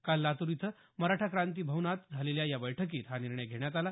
काल लातूर इथं मराठा क्रांती भवनात झालेल्या या बैठकीत हा निर्णय घेण्यात आला